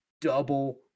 double